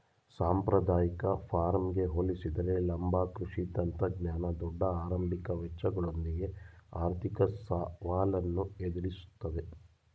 ಸಾಂಪ್ರದಾಯಿಕ ಫಾರ್ಮ್ಗೆ ಹೋಲಿಸಿದರೆ ಲಂಬ ಕೃಷಿ ತಂತ್ರಜ್ಞಾನ ದೊಡ್ಡ ಆರಂಭಿಕ ವೆಚ್ಚಗಳೊಂದಿಗೆ ಆರ್ಥಿಕ ಸವಾಲನ್ನು ಎದುರಿಸ್ತವೆ